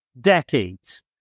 decades